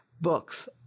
books